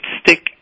stick